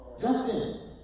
Justin